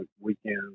weekend